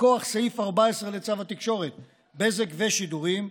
מכוח סעיף 14 לצו התקשורת (בזק ושידורים)